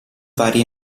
varie